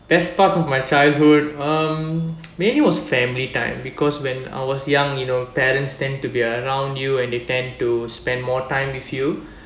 best part of my childhood um maybe was family time because when I was young you know parents tend to be around you and they tend to spend more time with you